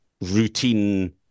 routine